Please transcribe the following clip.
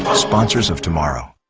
ah sponsors of tomorrow.